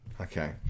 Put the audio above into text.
Okay